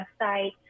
website